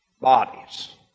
bodies